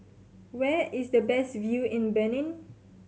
where is the best view in Benin